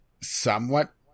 somewhat